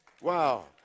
Wow